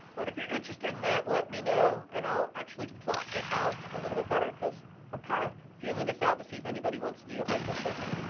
but if you're interested in that let me know and i'll actually plot it out a little bit better cuz i'm kind of feeling this out to see if anybody wants to do it right this second.